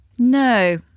No